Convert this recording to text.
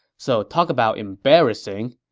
so talk about embarrassing.